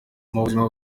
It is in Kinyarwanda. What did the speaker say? buzima